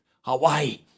Hawaii